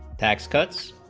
tax cuts